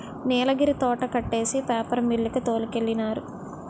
నీలగిరి తోట కొట్టేసి paper mill కి తోలికెళ్ళినారు